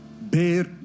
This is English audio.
bear